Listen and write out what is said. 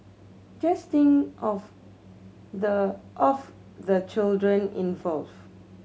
just think of the of the children involve